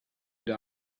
came